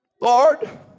Lord